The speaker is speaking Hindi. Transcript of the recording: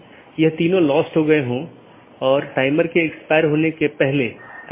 जैसा कि हमने देखा कि रीचैबिलिटी informations मुख्य रूप से रूटिंग जानकारी है